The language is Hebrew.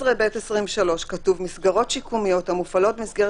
ב-11(ב)(23) כתוב: מסגרות שיקומיות המופעלות במסגרת